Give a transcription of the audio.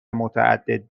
متعدد